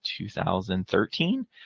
2013